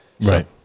Right